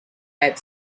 had